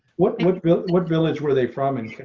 what what village what village where they from and